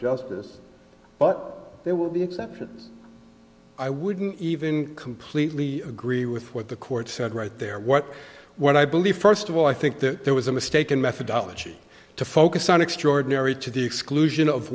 justice but there will be exceptions i wouldn't even completely agree with what the court said right there what what i believe first of all i think that there was a mistake in methodology to focus on extraordinary to the exclusion of